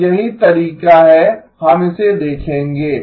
तो यही तरीका है हम इसे देखेंगे